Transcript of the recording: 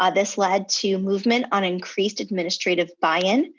ah this led to movement on increased administrative buy-in,